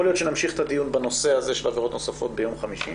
יכול להיות שנמשיך את הדיון בנושא הזה של עבירות נוספות ביום חמישי,